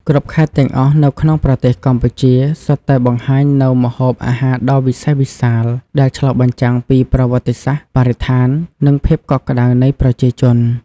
គ្រប់ខេត្តទាំងអស់នៅក្នុងប្រទេសកម្ពុជា សុទ្ធតែបង្ហាញនូវម្ហូបអាហារដ៏វិសេសវិសាល ដែលឆ្លុះបញ្ចាំងពីប្រវត្តិសាស្ត្រ បរិស្ថាន និងភាពកក់ក្តៅនៃប្រជាជន។